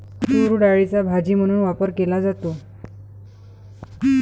तूरडाळीचा भाजी म्हणून वापर केला जातो